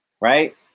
right